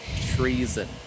treason